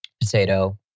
potato